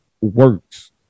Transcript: works